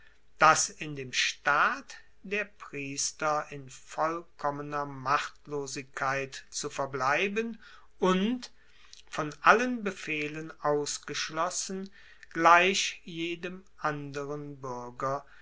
dass in dem staat der priester in vollkommener machtlosigkeit zu verbleiben und von allen befehlen ausgeschlossen gleich jedem anderen buerger